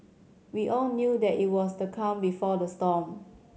we all knew that it was the calm before the storm